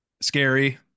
scary